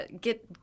get